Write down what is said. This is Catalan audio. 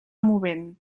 movent